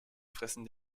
fressen